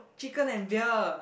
chicken and beer